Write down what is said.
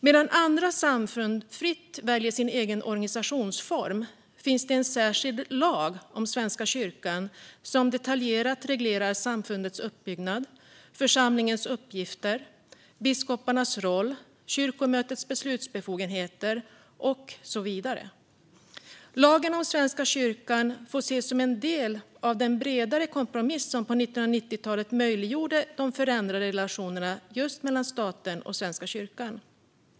Medan andra samfund fritt väljer sin egen organisationsform finns det en särskild lag om Svenska kyrkan som detaljerat reglerar samfundets uppbyggnad, församlingens uppgifter, biskoparnas roll, kyrkomötets beslutsbefogenheter och så vidare. Lagen om Svenska kyrkan får ses som en del av den bredare kompromiss som på 1990-talet möjliggjorde de förändrade relationerna just mellan staten och Svenska kyrkan.